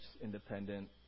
independent